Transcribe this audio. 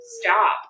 stop